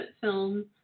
film